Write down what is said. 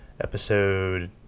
episode